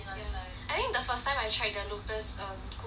I think the first time I tried the Lotus um cookie